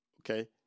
Okay